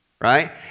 Right